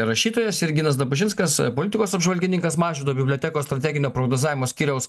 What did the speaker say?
rašytojas ir ginas dabašinskas politikos apžvalgininkas mažvydo bibliotekos strateginio prognozavimo skyriaus